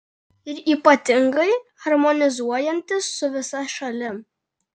ir ypatingai harmonizuojantis su visa šalim